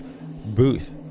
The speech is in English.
Booth